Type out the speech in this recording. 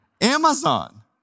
Amazon